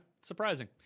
surprising